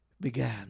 began